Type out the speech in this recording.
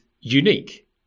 unique